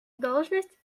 должность